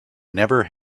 never